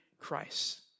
Christ